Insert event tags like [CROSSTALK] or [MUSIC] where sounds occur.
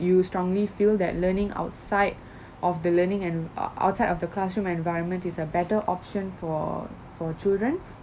you strongly feel that learning outside [BREATH] of the learning and err outside of the classroom environment is a better option for for children